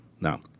Now